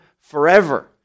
forever